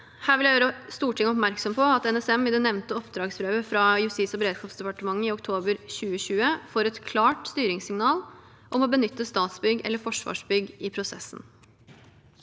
Her vil jeg gjøre Stortinget oppmerksom på at NSM i det nevnte oppdragsbrevet fra Justis- og beredskapsdepartementet i oktober 2020 får et klart styringssignal om å benytte Statsbygg eller Forsvarsbygg i prosessen.